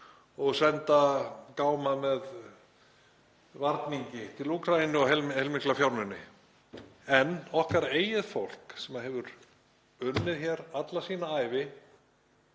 og senda gáma með varningi til Úkraínu og heilmikla fjármuni. En okkar eigið fólk sem hefur unnið hér alla sína ævi,